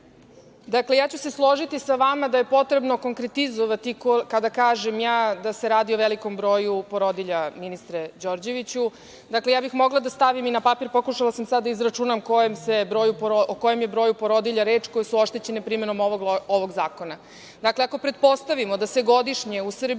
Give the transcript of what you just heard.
ja ću se složiti sa vama da je potrebno konkretizovati kada kažem da se radi o velikom broju porodilja ministre Đorđeviću. Mogla bih i da stavim na papir. Pokušala sam sada da izračunam o kojem broju porodilja je reč, koje su oštećene primenom ovog zakona. Dakle, ako pretpostavimo da se godišnje u Srbiji